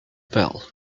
fell